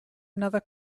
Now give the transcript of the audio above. another